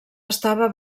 estava